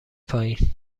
پایین